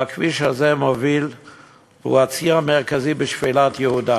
והכביש הזה הוא הציר המרכזי בשפלת יהודה.